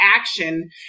action